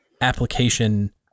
application